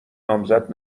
نامزد